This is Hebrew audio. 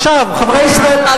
בזמן ההתנתקות,